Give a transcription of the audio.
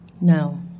No